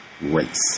race